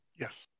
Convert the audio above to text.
Yes